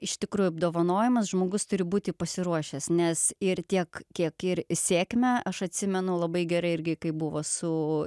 iš tikrųjų apdovanojamas žmogus turi būti pasiruošęs nes ir tiek kiek ir sėkmę aš atsimenu labai gerai irgi kai buvo su